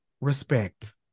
respect